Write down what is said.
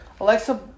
Alexa